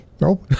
No